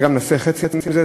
גם אם זה יהיה חצי מזה,